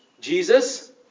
Jesus